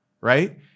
right